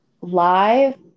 live